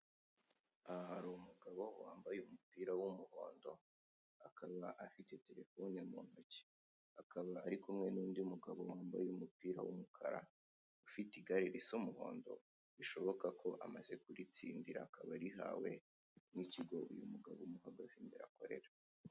Aha hari umugabo wambaye umupira w'umuhondo akaba afite terefone mu ntoki, akaba ari kumwe n'undi mugabo wambaye umupira w'umukara ufite igare risa umuhondo bishoboka ko amaze amaze kuritsindira akaba arihawe n'ikigo uyu mugabo w'umupapa asigaye akorera.